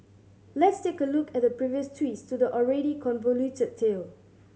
let's take a look at the previous twists to the already convoluted tale